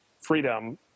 freedom